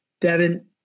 Devin